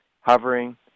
hovering